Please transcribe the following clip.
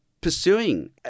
pursuing